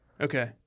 Okay